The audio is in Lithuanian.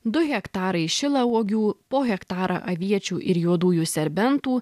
du hektarai šilauogių po hektarą aviečių ir juodųjų serbentų